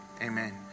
amen